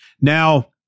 Now